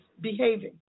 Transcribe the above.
behaving